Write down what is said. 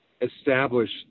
establish